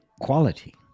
quality